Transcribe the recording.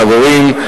חברים.